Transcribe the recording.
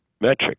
metric